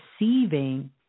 receiving